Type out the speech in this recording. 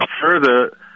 further